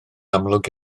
amlwg